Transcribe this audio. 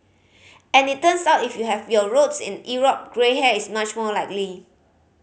and it turns out if you have your roots in Europe grey hair is much more likely